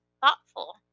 Thoughtful